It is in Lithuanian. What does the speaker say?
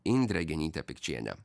indrė genytė pikčienė